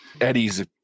Eddie's